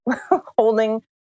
holding